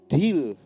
deal